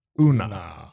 Una